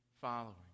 following